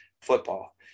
football